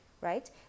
right